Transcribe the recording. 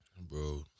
Bro